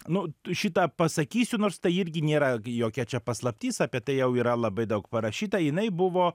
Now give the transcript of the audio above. nu t šitą pasakysiu nors tai irgi nėra jokia čia paslaptis apie tai jau yra labai daug parašyta jinai buvo